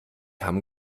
hamm